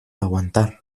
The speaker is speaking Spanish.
aguantar